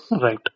Right